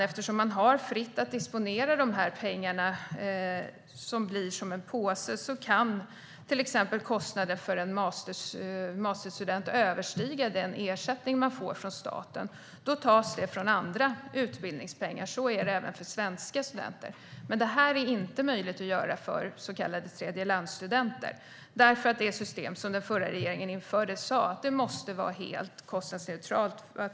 Eftersom man är fri att disponera denna pengapåse kan kostnaden för en masterstudent överstiga den ersättning man får från staten. Det tas då från andra utbildningspengar. Så är det även för svenska studenter. Det är dock inte möjligt att göra för så kallade tredjelandsstudenter eftersom det enligt det system som den förra regeringen införde måste vara helt kostnadsneutralt.